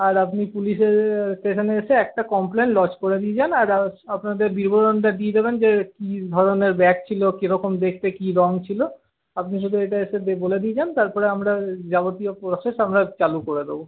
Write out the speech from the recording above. আর আপনি পুলিশের স্টেশনে এসে একটা কমপ্লেন লজ করে দিয়ে যান আর আপনাদের বিবরণটা দিয়ে দেবেন যে কি ধরনের ব্যাগ ছিল কিরকম দেখতে কি রঙ ছিল আপনি শুধু এটা এসে বলে দিয়ে যান তারপর আমরা যাবতীয় প্রসেস আমরা চালু করে দেবো